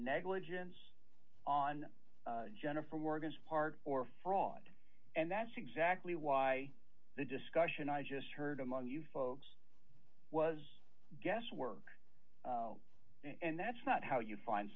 negligence on jennifer morgan's part or fraud and that's exactly why the discussion i just heard among you folks was guesswork and that's not how you find